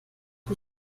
die